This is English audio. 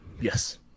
Yes